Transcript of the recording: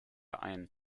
ein